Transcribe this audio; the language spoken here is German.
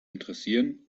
interessieren